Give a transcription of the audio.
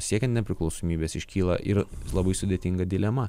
siekiant nepriklausomybės iškyla ir labai sudėtinga dilema